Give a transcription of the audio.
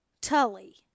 Tully